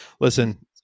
listen